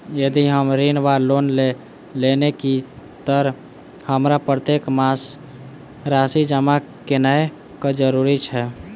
यदि हम ऋण वा लोन लेने छी तऽ हमरा प्रत्येक मास राशि जमा केनैय जरूरी छै?